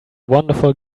wonderful